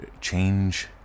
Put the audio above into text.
Change